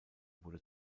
wurde